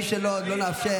מי שלא, לא נאפשר.